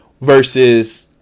versus